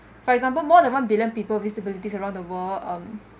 for example more than one billion people disabilities around the world um